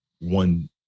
one